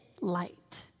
light